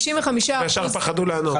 השאר פחדו לענות.